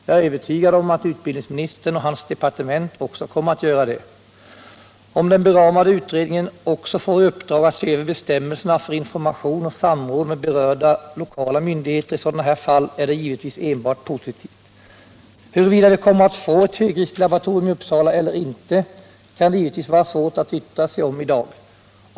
Jag är övertygad om att också utbildningsministern och hans departement kommer att göra det. Om den beramade utredningen även får i uppdrag att se över bestämmelserna för information och samråd med berörda lokala myndigheter i sådana här fall är det givetvis enbart positivt. Huruvida vi kommer att få ett högrisklaboratorium i Uppsala eller inte kan givetvis vara svårt att yttra sig om i dag.